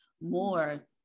more